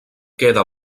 queda